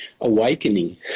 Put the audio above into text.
awakening